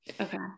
okay